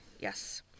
Yes